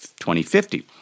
2050